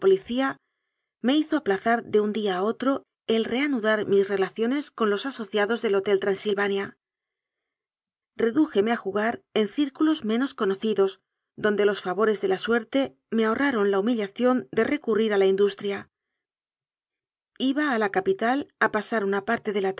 me hizo aplazar de un día a otro el reanudar mis relaciones con los asociados del hotel de transilvania redújeme a jugar en círculos menos conoci dos donde los favores de la suerte me ahorraron la humillación de recurrir a la industria iba a la capital a pasar una parte de la